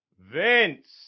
Vince